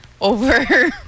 Over